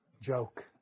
joke